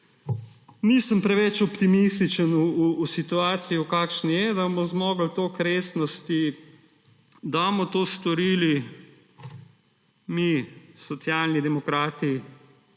Nisem preveč optimističen v situaciji, kakršna je, da bomo zmogli toliko resnosti, da bomo to storili. Mi, Socialni demokrati,